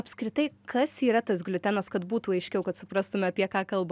apskritai kas yra tas gliutenas kad būtų aiškiau kad suprastume apie ką kalba